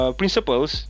principles